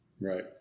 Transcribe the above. right